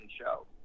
show